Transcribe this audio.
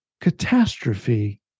catastrophe